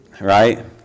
right